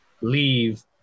leave